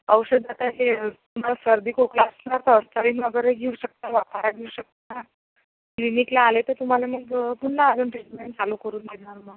औषध तर हे तुम्हाला सर्दी खोकला असला तर अस्थलीन वगैरे घेऊ शकता वाफारा घेऊ शकता क्लिनिकला आले तर तुम्हाला मग पुन्हा अजून ट्रीटमेंट चालू करू मग